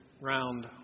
round